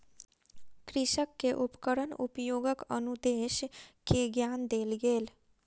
कृषक के उपकरण उपयोगक अनुदेश के ज्ञान देल गेल